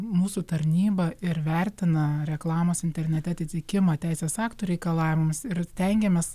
mūsų tarnyba ir vertina reklamos internete atitikimą teisės aktų reikalavimus ir stengiamės